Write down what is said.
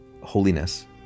holiness